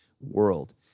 world